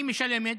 היא משלמת,